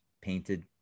painted